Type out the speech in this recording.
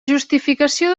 justificació